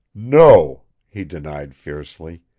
no! he denied fiercely.